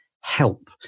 help